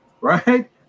Right